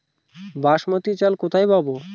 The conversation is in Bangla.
বাসমতী চাল কোথায় পাবো?